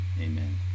amen